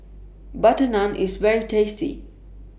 Butter Naan IS very tasty